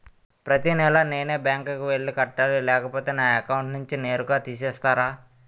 ప్రతి నెల నేనే బ్యాంక్ కి వెళ్లి కట్టాలి లేకపోతే నా అకౌంట్ నుంచి నేరుగా తీసేస్తర?